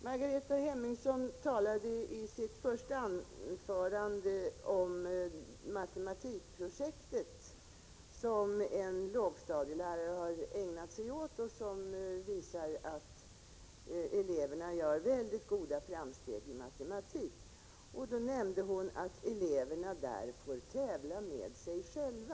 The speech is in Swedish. Margareta Hemmingsson talade i sitt första inlägg om ett matematikprojekt som en lågstadielärare har ägnat sig åt och som visar att elever gör mycket goda framsteg i matematik. Hon nämnde att eleverna får tävla med sig själva.